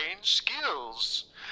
skills